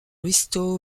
risto